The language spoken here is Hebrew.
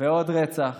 ועוד רצח